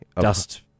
Dust